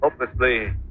hopelessly